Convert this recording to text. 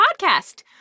podcast